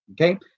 Okay